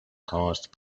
caused